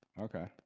Okay